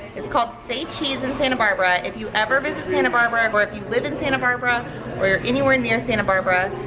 it's called c'est cheese in santa barbara. if you ever visit santa barbara um or if you live in santa barbara or you're anywhere near santa barbara,